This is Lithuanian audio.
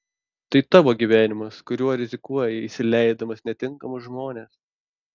tai tavo gyvenimas kuriuo rizikuoji įsileisdamas netinkamus žmones